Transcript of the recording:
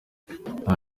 nta